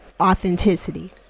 authenticity